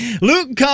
Luke